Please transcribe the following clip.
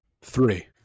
three